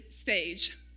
stage